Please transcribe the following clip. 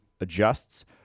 adjusts